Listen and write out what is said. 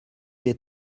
des